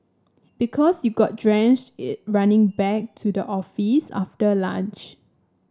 because you got drenched it running back to the office after lunch